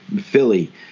Philly